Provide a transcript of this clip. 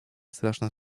straszne